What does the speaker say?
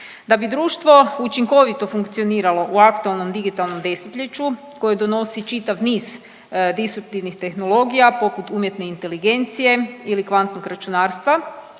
Da bi društvo učinkovito funkcioniralo u aktualnom digitalnom 10-ljeću koje donosi čitav niz distruktivnih tehnologija poput umjetne inteligencije ili kvantnog računarstva,